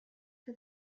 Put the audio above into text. for